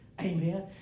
Amen